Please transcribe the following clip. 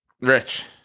Rich